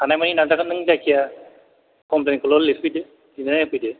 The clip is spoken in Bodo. हानायमानि नाजागोन नों जायखिजाया कमप्लेनखौल' लिरफैदो लिरना होफैदो